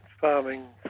farming